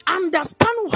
understand